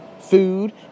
Food